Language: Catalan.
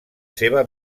seva